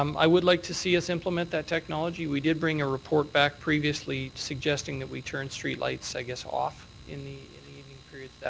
um i would like to see us implement that technology. we did bring a report back previously suggesting that we turn streetlights i guess off in the evening period.